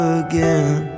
again